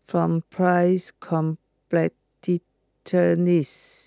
from price